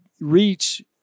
reach